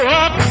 up